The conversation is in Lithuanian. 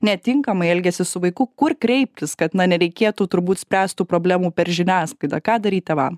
netinkamai elgiasi su vaiku kur kreiptis kad nereikėtų turbūt spręst tų problemų per žiniasklaidą ką daryt tėvam